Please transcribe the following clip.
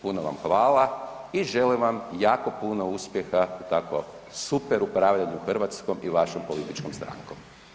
Puno vam hvala i želim vam jako puno uspjeha u takvom super upravljanju Hrvatskom i vašom političkom strankom.